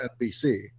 NBC